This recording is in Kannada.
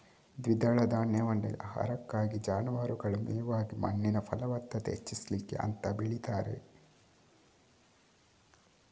ದ್ವಿದಳ ಧಾನ್ಯವನ್ನ ಆಹಾರಕ್ಕಾಗಿ, ಜಾನುವಾರುಗಳ ಮೇವಾಗಿ ಮಣ್ಣಿನ ಫಲವತ್ತತೆ ಹೆಚ್ಚಿಸ್ಲಿಕ್ಕೆ ಅಂತ ಬೆಳೀತಾರೆ